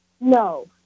No